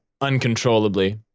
uncontrollably